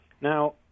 Now